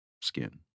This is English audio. skin